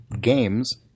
Games